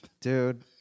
Dude